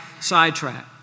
sidetrack